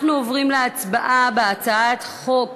אנחנו עוברים להצבעה על הצעת חוק